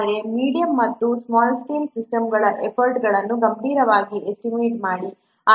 ಆದರೆ ಮೀಡಿಯಂ ಮತ್ತು small scale ಸಿಸ್ಟಮ್ಗಳ ಎಫರ್ಟ್ ಅನ್ನು ಗಂಭೀರವಾಗಿ ಎಸ್ಟಿಮೇಟ್ ಮಾಡಿ